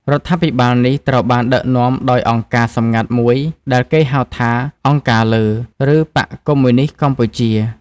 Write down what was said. រដ្ឋាភិបាលនេះត្រូវបានដឹកនាំដោយអង្គការសម្ងាត់មួយដែលគេហៅថា «អង្គការលើ» ឬបក្សកុម្មុយនីស្តកម្ពុជា។